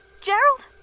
Gerald